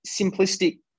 simplistic